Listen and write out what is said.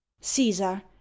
Caesar